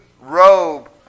robe